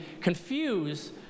confuse